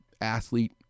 athlete